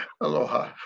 Aloha